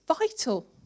vital